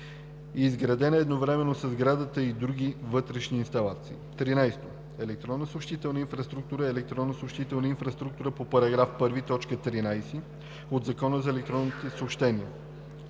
изградена едновременно със сградата и другите вътрешни инсталации.